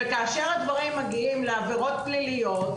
וכאשר הדברים מגיעים לעבירות פליליות,